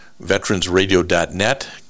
veteransradio.net